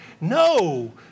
No